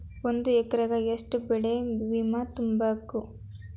ಒಂದ್ ಎಕ್ರೆಗ ಯೆಷ್ಟ್ ಬೆಳೆ ಬಿಮಾ ತುಂಬುಕು?